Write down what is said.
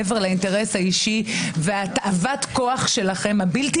מעבר לאינטרס האישי ותאוות הכוח הבלתי